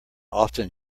often